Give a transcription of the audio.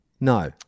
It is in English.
No